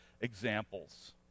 examples